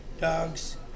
Dogs